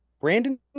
brandon